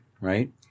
right